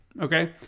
Okay